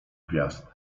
gwiazd